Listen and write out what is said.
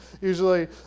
usually